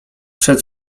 przed